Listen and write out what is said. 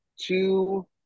two